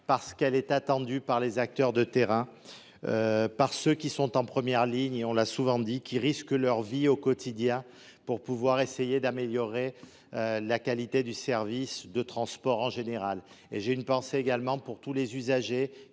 parce qu’elle est attendue par les acteurs de terrain, par ceux qui sont en première ligne et – on l’a souvent dit – qui risquent leur vie au quotidien pour essayer d’améliorer la qualité des services de transport en général. J’ai une pensée également pour tous les usagers